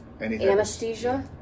anesthesia